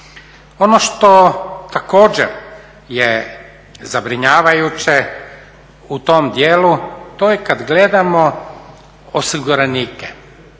Ono što također je zabrinjavajuće u tom dijelu, to je kad gledamo osiguranike